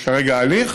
יש כרגע הליך